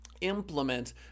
implement